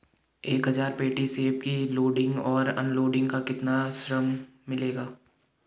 एक हज़ार पेटी सेब की लोडिंग और अनलोडिंग का कितना श्रम मिलेगा?